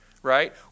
Right